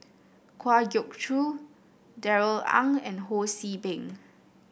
Kwa Geok Choo Darrell Ang and Ho See Beng